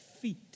feet